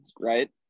right